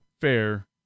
fair